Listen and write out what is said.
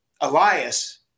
Elias